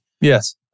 Yes